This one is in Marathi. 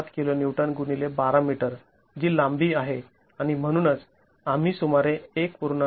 ७ किलो न्यूटन गुणिले १२ मीटर जी लांबी आहे आणि म्हणूनच आम्ही सुमारे १